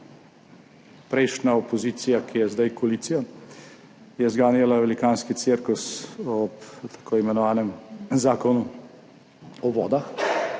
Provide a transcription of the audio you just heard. Prejšnja opozicija, ki je zdaj koalicija, je zganjala velikanski cirkus ob tako imenovanem zakonu o vodah